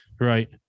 Right